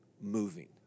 moving